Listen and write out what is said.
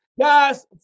guys